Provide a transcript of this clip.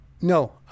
no